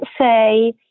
say